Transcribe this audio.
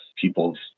people's